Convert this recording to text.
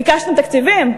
ביקשתם תקציבים?